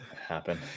happen